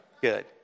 Good